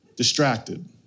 distracted